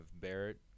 Barrett